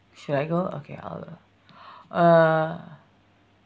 should I go okay I'll uh